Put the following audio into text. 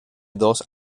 dos